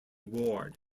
ward